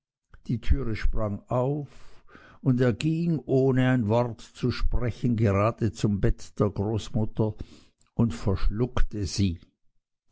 die türe sprang auf und er ging ohne ein wort zu sprechen gerade zum bett der großmutter und verschluckte sie